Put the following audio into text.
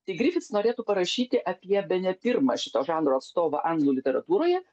tai grifits norėtų parašyti apie bene pirmą šito žanro atstovą anglų literatūroje